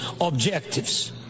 objectives